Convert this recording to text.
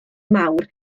mawr